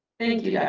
thank you. yeah